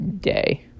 day